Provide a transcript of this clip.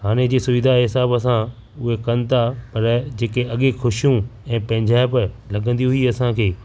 हाणे जी सुविधा जे हिसाब सां उहे कनि था पर जेके अॻे ख़ुशियूं ऐं पंहिंजाइप लॻंदी हुई असांखे